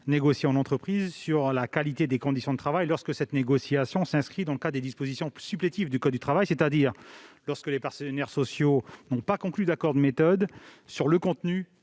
négocier en entreprise sur la qualité des conditions de travail lorsque cette négociation s'inscrit dans le cadre des dispositions supplétives du code du travail, c'est-à-dire lorsque les partenaires sociaux n'ont pas conclu d'accord de méthode sur le contenu